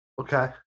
Okay